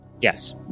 Yes